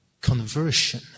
conversion